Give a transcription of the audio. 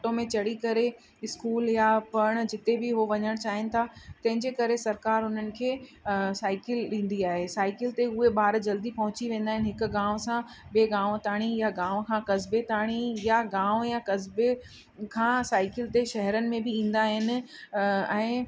auto में चढ़ी करे स्कूल या पढ़णु जिते बि उहो वञणु चाहिन था तंहिंजे करे सरकारु उन्हनि खे साइकिल ॾींदी आहे साइकिल ते उहे ॿार जल्दी पहुची वेंदा आहिनि हिकु गांव सां ॿिए गांव ताईं या गांव खां क़स्बे ताईं या गांव या क़स्बे खां साइकिल ते शहरनि में बि ईंदा आहिनि ऐं